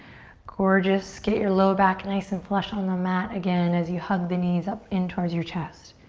gorgeous. get your low back nice and flush on the mat again as you hug the knees up in towards your chest.